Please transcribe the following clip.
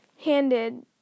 handed